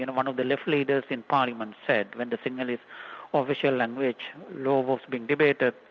and one of the left leaders in parliament said when the sinhalese official language law was being debated,